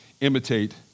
imitate